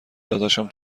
داداشم